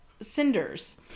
cinders